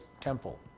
temple